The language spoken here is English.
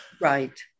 Right